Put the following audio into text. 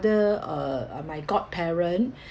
uh ah my godparent